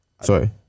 Sorry